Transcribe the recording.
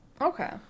Okay